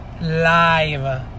Live